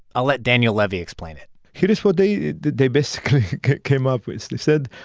i'll let daniel levy explain it here is what they they basically came up with. they said,